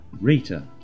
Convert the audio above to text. Rita